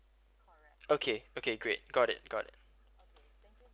okay okay great got it got it